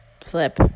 flip